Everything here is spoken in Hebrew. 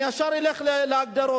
אני אלך להגדרות.